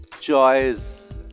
choice